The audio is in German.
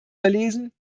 verlesen